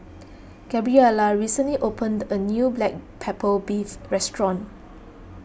Gabriela recently opened a new Black Pepper Beef restaurant